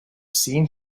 seen